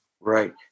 Right